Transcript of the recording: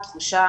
התחושה